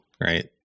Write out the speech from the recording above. right